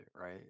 right